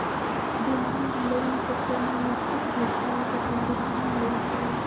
demand loan के कोनो निश्चित भुगतान के तारिख न होइ छइ